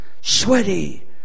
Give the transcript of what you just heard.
sweaty